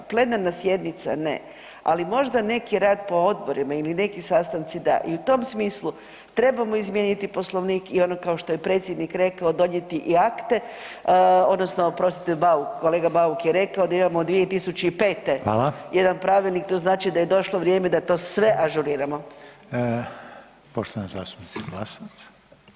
Plenarna sjednica ne, ali možda neki rad po odborima ili neki sastanci da i u tom smislu trebamo izmijeniti Poslovnik i ono kao što je predsjednik rekao donijeti i akte, odnosno oprostite Bauk, kolega Bauk je rekao da imamo od 2005. jedan pravilnik [[Upadica: Hvala.]] to znači da je došlo vrijeme da to sve ažuriramo.